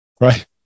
Right